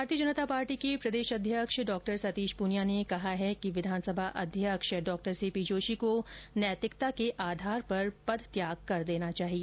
भारतीय जनता पार्टी के प्रदेश अध्यक्ष डॉ सतीश पूनिया ने कहा है कि विधानसभा अध्यक्ष सी पी जोशी को नैतिकता के आधार पर पदत्याग कर देना चाहिए